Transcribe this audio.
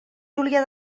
julià